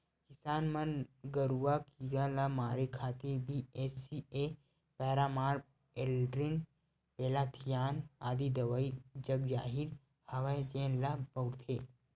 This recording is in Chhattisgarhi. किसान मन गरूआ कीरा ल मारे खातिर बी.एच.सी.ए पैरामार, एल्ड्रीन, मेलाथियान आदि दवई जगजाहिर हवय जेन ल बउरथे